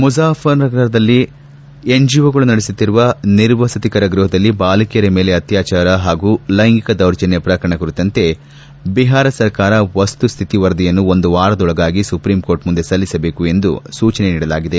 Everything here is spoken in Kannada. ಮಝಾಫರ್ಪುರ್ದಲ್ಲಿ ಎನ್ಜಓಗಳು ನಡೆಸುತ್ತಿರುವ ನಿರ್ವಸತಿಕರ ಗೃಹದಲ್ಲಿ ಬಾಲಕಿಯರ ಮೇಲೆ ಅತ್ಲಾಚಾರ ಹಾಗೂ ಲೈಂಗಿಕ ದೌರ್ಜನ್ದ ಪ್ರಕರಣ ಕುರಿತಂತೆ ಬಿಹಾರ ಸರ್ಕಾರ ವಸ್ತುಹಿತಿ ವರದಿಯನ್ನು ಒಂದು ವಾರದೊಳಗಾಗಿ ಸುಪ್ರೀಂಕೋರ್ಟ್ ಮುಂದೆ ಸಲ್ಲಿಸಬೇಕು ಎಂದು ಸೂಚನೆ ನೀಡಿದೆ